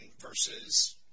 versus